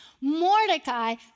Mordecai